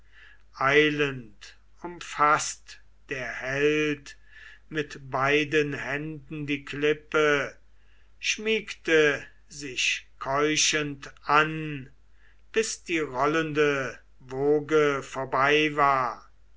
eilend umfaßte der held mit beiden händen die klippe schmiegte sich keuchend an bis die rollende woge vorbei war